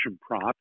prop